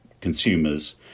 consumers